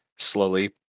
slowly